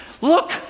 Look